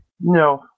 No